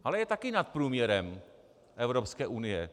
Ale je taky nad průměrem Evropské unie.